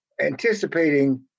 anticipating